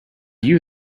you